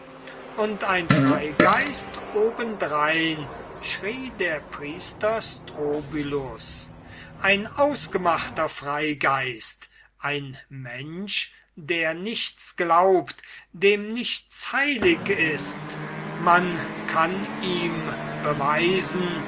und ein freigeist obendrein schrie der priester strobylus ein ausgemachter freigeist ein mensch der nichts glaubt dem nichts heilig ist man kann ihm beweisen